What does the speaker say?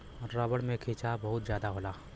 rubber में खिंचाव बहुत जादा होला